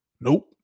Nope